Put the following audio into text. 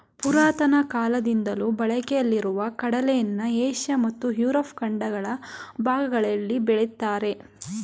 ಪುರಾತನ ಕಾಲದಿಂದಲೂ ಬಳಕೆಯಲ್ಲಿರೊ ಕಡಲೆನ ಏಷ್ಯ ಮತ್ತು ಯುರೋಪ್ ಖಂಡಗಳ ಭಾಗಗಳಲ್ಲಿ ಬೆಳಿತಾರೆ